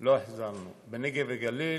לא החזרנו בנגב וגליל.